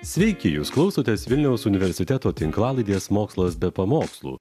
sveiki jūs klausotės vilniaus universiteto tinklalaidės mokslas be pamokslų